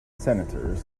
senators